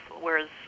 whereas